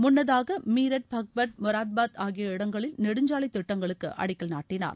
முன்னதாக மீரட் பவற்பட் மொராதாபாத் ஆகிய இடங்களில் நெடுஞ்சாலை திட்டங்களுக்கு அடிக்கல் நாட்டினார்